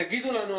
תגידו לנו,